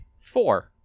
Four